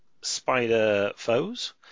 Spider-Foes